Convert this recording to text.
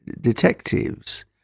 detectives